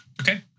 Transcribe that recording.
Okay